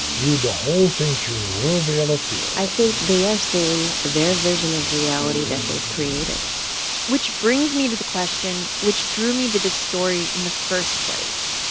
viewed the whole thing through her veil of fear i think they are seeing their version of reality that they've created which brings me to the question which drew me to this story in the first place.